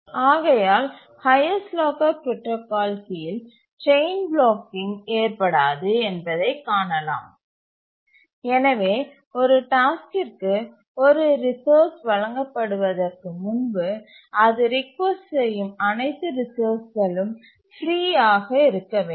ஆகையால் highest locker protocol கீழ் chain blocking ஏற்படாது என்பதைக் காணலாம் எனவே ஒரு டாஸ்க்கிற்கு ஒரு ரிசோர்ஸ் வழங்கப்படுவதற்கு முன்பு அது ரிக்வெஸ்ட் செய்யும் அனைத்து ரிசோர்ஸ்களும் ஃப்ரீ ஆக இருக்க வேண்டும்